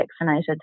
vaccinated